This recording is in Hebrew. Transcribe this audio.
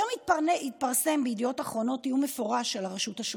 היום התפרסם בידיעות אחרונות איום מפורש על הרשות השופטת.